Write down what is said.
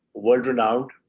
world-renowned